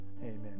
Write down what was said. Amen